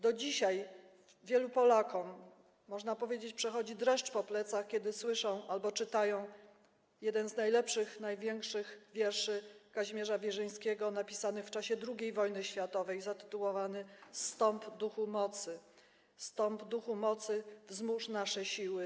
Do dzisiaj wielu Polakom, można powiedzieć, przechodzi dreszcz po plecach, kiedy słyszą albo czytają jeden z najlepszych, największych wierszy Kazimierza Wierzyńskiego, napisany w czasie II wojny światowej, zatytułowany „Zstąp, duchu mocy”: „Zstąp, duchu mocy/ (...)/ Wzmóż nasze siły/